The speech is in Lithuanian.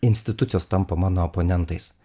institucijos tampa mano oponentais